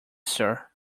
sir